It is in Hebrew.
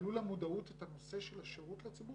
שיעלו למודעות את הנושא של השירות לציבור